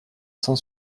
cent